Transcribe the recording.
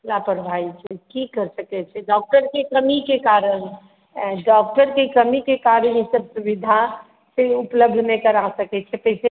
लापरवाही छै की करि सकै छियै डॉक्टरके कमीके कारण आँय डॉक्टरके कमीके कारण ईसभ सुविधा से उपलब्ध नहि करा सकैत छै ताहिसँ